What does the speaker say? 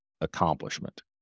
accomplishment